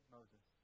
Moses